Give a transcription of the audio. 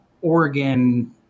Oregon